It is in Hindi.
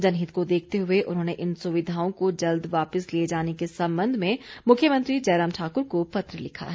जनहित को देखते हुए उन्होंने इन सुविधाओं को जल्द वापिस लिए जाने के संबंध में मुख्यमंत्री जयराम ठाकुर को पत्र लिखा है